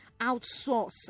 outsource